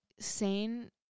sane